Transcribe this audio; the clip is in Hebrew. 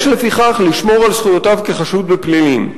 יש לפיכך לשמור על זכויותיו כחשוד בפלילים".